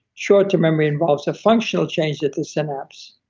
short-term memory involves a functional change at the synapse,